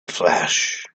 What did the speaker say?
flash